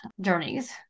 journeys